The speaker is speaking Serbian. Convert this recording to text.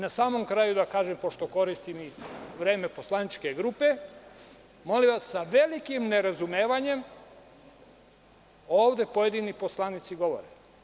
Na samom kraju da kažem, pošto koristim i vreme poslaničke grupe, molim vas sa velikim nerazumevanjem ovde pojedini poslanici govore.